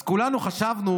אז כולנו חשבנו